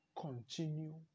continue